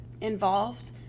involved